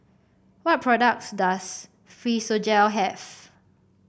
what products does Physiogel have